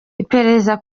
iperereza